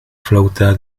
flauta